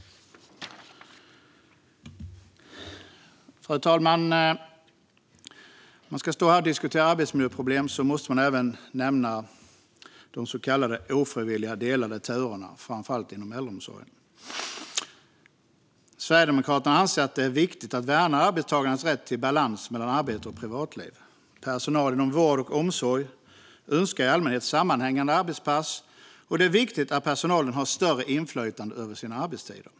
Fru talman! När vi står här och diskuterar arbetsmiljöproblem måste man även nämna de så kallade ofrivilliga delade turerna inom framför allt äldreomsorgen. Sverigedemokraterna anser att det är viktigt att värna arbetstagares rätt till balans mellan arbete och privatliv. Personal inom vård och omsorg önskar i allmänhet sammanhängande arbetspass, och det är viktigt att personalen har större inflytande över sina arbetstider.